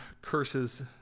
curses